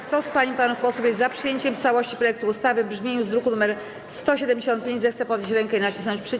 Kto z pań i panów posłów jest za przyjęciem w całości projektu ustawy w brzmieniu z druku nr 175, zechce podnieść rękę i nacisnąć przycisk.